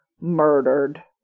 murdered